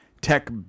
tech